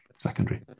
secondary